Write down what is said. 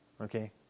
Okay